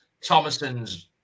Thomason's